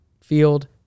field